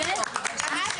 טוב,